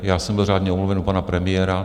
Já jsem byl řádně omluven u pana premiéra.